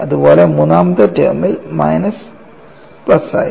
അതുപോലെ മൂന്നാമത്തെ ടേമിൽ മൈനസ് പ്ലസ് ആയി